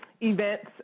events